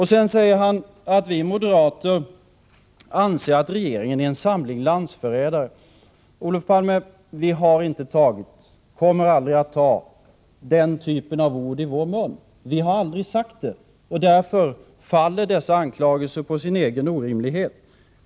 Han säger vidare att vi moderater anser att regeringen är en samling landsförrädare. Olof Palme, vi har inte tagit och kommer aldrig att ta den typen av ord i vår mun. Vi har aldrig sagt detta. Därför faller dessa anklagelser på sin egen orimlighet.